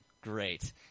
Great